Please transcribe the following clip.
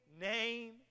name